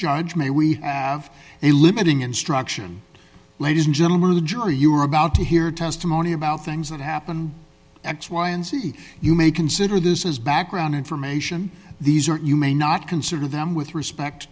judge may we have a limiting instruction ladies and gentlemen of the jury you're about to hear testimony about things that happened x y and z you may consider this as background information these are you may not consider them with respect